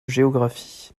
géographie